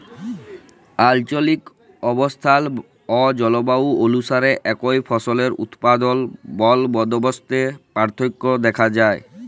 আলচলিক অবস্থাল অ জলবায়ু অলুসারে একই ফসলের উৎপাদল বলদবস্তে পার্থক্য দ্যাখা যায়